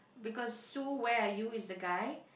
because Sue where are you is the guy